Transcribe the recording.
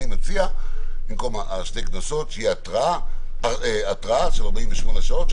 אני מציע במקום שני קנסות שתהיה התראה של 48 שעות,